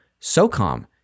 SOCOM